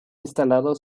instalado